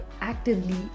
actively